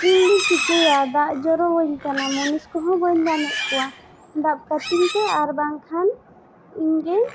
ᱤᱧ ᱫᱚᱹᱧ ᱪᱮᱠᱟᱭᱟ ᱫᱟᱜ ᱡᱚᱨᱚᱣᱟᱧ ᱠᱟᱱᱟ ᱢᱚᱱᱤᱥ ᱠᱚᱦᱚᱸ ᱵᱟᱹᱧ ᱧᱟᱢᱮᱫ ᱠᱚᱣᱟ ᱫᱟᱵ ᱠᱟᱹᱛᱤᱧ ᱯᱮ ᱟᱨ ᱵᱟᱝᱠᱷᱟᱱ ᱤᱧ ᱜᱮ